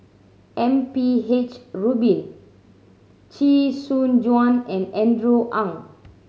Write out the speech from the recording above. M P H Rubin Chee Soon Juan and Andrew Ang